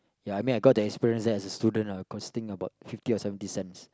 ya I mean got that experience there as a student lah costing about fifty or seventy cents